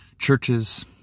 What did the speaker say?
churches